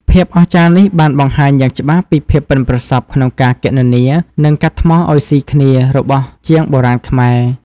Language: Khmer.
ភាពអស្ចារ្យនេះបានបង្ហាញយ៉ាងច្បាស់ពីភាពប៉ិនប្រសប់ក្នុងការគណនា និងកាត់ថ្មឱ្យស៊ីគ្នារបស់ជាងបុរាណខ្មែរ។